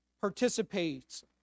participates